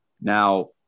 Now